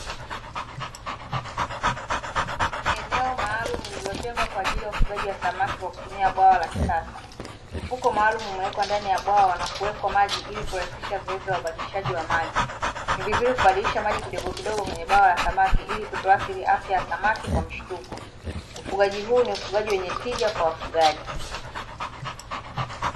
Eneo maalumu lililotengwa kwa ajili ya ufugaji wa samaki kwa kutumia bwawa la kisasa. Mfuko maalumu umewekwa ndani ya bwawa na kuwekwa maji ili kurahisisha zoezi la ubadilishaji wa maji. Ni vizuri kubadilisha maji kidogokidogo kwenye bwawa la samaki ili kutoathiri afya ya samaki kwa mshituko. Ufugaji huu ni ufugaji wenye tija kwa wafugaji.